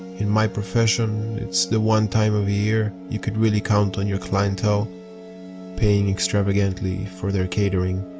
in my profession it's the one time of year you can really count on your clientele paying extravagantly for their catering.